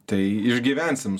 tai išgyvensim